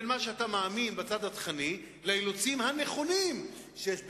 בין מה שאתה מאמין בצד התוכני לאילוצים הנכונים שיש במשק.